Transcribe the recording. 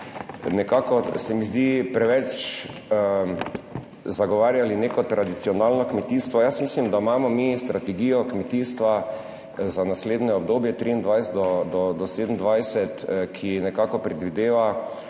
nekako se mi zdi, preveč zagovarjali neko tradicionalno kmetijstvo. Jaz mislim, da imamo mi strategijo kmetijstva za naslednje obdobje, 2023 do 2027, ki nekako predvideva